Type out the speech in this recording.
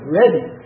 ready